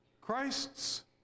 Christ's